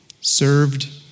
Served